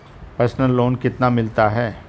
Personal loan कितना मिलता है?